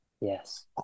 Yes